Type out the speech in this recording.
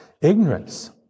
ignorance